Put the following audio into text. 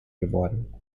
geworden